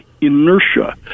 inertia